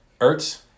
Ertz